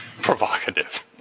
Provocative